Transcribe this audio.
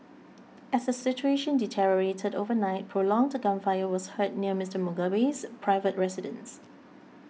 as the situation deteriorated overnight prolonged gunfire was heard near Mister Mugabe's private residence